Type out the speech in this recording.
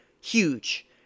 Huge